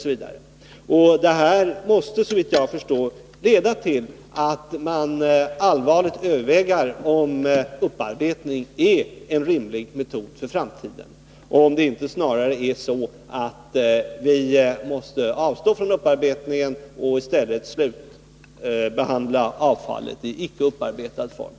Såvitt jag förstår måste detta leda till att man allvarligt överväger om upparbetning är en rimlig metod för framtiden eller om det inte snarare är så att vi måste avstå från Nr 32 upparbetning och i stället slutbehandla avfallet i icke upparbetad form.